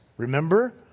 Remember